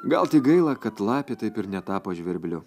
gal tik gaila kad lapė taip ir netapo žvirbliu